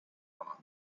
fauna